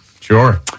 Sure